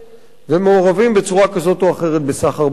ומעורבים בצורה כזאת או אחרת בסחר בסמים.